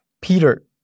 Peter